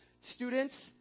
students